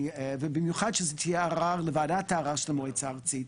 ובמיוחד שזה יהיה ערר לוועדת הערר של המועצה הארצית,